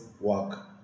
work